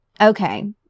Okay